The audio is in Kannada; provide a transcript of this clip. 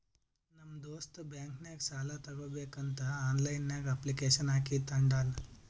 ನಮ್ ದೋಸ್ತ್ ಬ್ಯಾಂಕ್ ನಾಗ್ ಸಾಲ ತಗೋಬೇಕಂತ್ ಆನ್ಲೈನ್ ನಾಗೆ ಅಪ್ಲಿಕೇಶನ್ ಹಾಕಿ ತಗೊಂಡ್